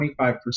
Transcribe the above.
25%